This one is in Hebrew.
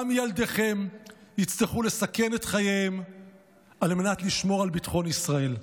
גם ילדיכם יצטרכו לסכן את חייהם על מנת לשמור על בטחון ישראל.